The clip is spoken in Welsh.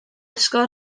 ysgol